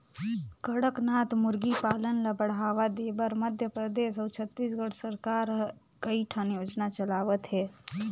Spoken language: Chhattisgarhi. कड़कनाथ मुरगी पालन ल बढ़ावा देबर मध्य परदेस अउ छत्तीसगढ़ सरकार ह कइठन योजना चलावत हे